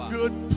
good